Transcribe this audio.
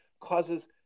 causes